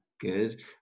Good